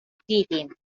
دیدیم